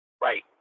Right